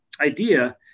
idea